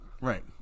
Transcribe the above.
Right